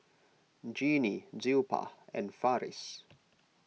Genie Zilpah and Farris